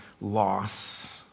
loss